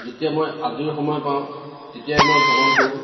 যেতিয়া মই আজৰি সময় পাওঁ তেতিয়াই মই ভ্ৰমণ কৰোঁ